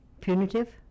Punitive